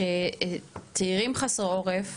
שצעירים חסרי עורף,